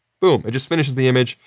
boom. it just finishes the image.